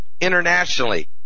internationally